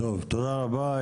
תודה רבה.